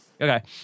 Okay